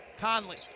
Conley